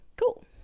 Cool